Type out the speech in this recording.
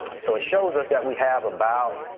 so it shows us that we have about